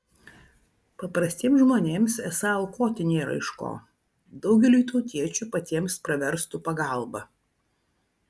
paprastiems žmonėms esą aukoti nėra iš ko daugeliui tautiečių patiems pravestų pagalba